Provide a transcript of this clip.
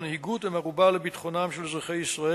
ומנהיגות הן ערובה לביטחונם של אזרחי ישראל,